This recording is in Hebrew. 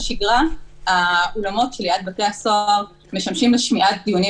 בשגרה האולמות שליד בתי הסוהר משמשים לשמיעת דיונים